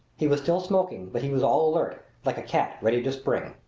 he was still smoking, but he was all alert, like a cat ready to spring.